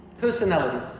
Personalities